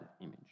image